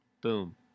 boom